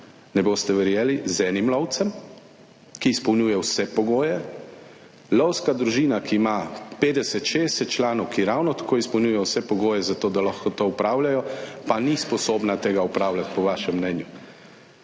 ne boste verjeli, z enim lovcem, ki izpolnjuje vse pogoje, lovska družina, ki ima 50, 60 članov, ki ravno tako izpolnjujejo vse pogoje za to, da lahko to opravljajo, pa ni sposobna tega opravljati po vašem mnenju.